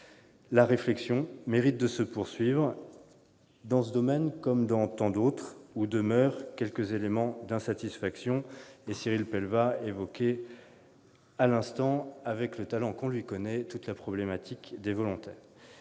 La réflexion mérite de se poursuivre dans ce domaine, comme dans tant d'autres, où demeurent quelques éléments d'insatisfaction. Cyril Pellevat a évoqué à l'instant, avec le talent qu'on lui connaît, ... Merci !... toute la problématique des volontaires.